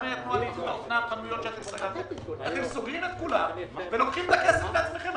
אתם סוגרים את כולם ולוקחים את הכסף לעצמכם.